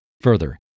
Further